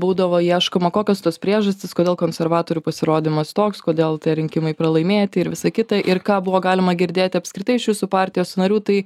būdavo ieškoma kokios tos priežastys kodėl konservatorių pasirodymas toks kodėl tie rinkimai pralaimėti ir visa kita ir ką buvo galima girdėti apskritai iš jūsų partijos narių tai